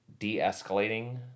de-escalating